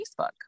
Facebook